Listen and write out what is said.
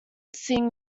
sing